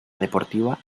deportiva